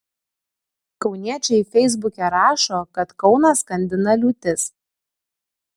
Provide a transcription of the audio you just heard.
kauniečiai feisbuke rašo kad kauną skandina liūtis